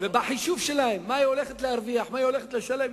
בחישוב שלה מה היא הולכת להרוויח ומה היא הולכת לשלם,